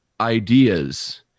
ideas